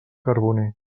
carboner